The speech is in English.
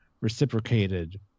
reciprocated